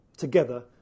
together